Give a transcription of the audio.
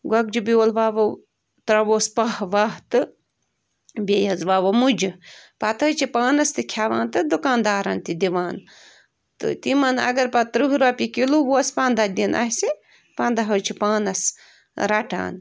گۄگجہِ بیول وَوُو تَراوہُوس پاہ وَہ تہٕ بیٚیہِ حظ وَوُو مُجہٕ پتہٕ حظ چھِ پانس تہِ کھیٚوان تہٕ دُکان دارن تہِ دِوان تہٕ تِمن اگر پتہٕ ترٕہ رۄپیہِ کِلو اوس پنٛدہ دِنۍ اسہِ پنٛدہ حظ چھِ پانس رَٹان